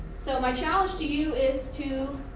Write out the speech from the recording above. so my challenge to you is to,